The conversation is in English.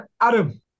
Adam